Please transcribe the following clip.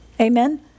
Amen